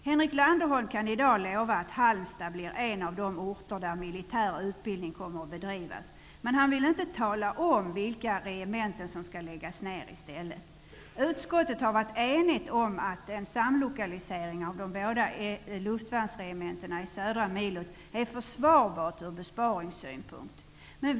Henrik Landerholm kan i dag lova att Halmstad blir en av de orter där militär utbildning kommer att bedrivas. Men han vill inte tala om vilka regementen som skall läggas ner i stället. Utskottet har varit enigt om att en samlokalisering av de båda luftvärnsregementena i södra milot är försvarbar ur besparingssynpunkt.